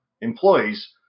employees